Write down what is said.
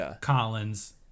Collins